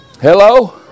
Hello